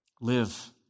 Live